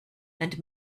and